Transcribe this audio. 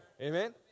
Amen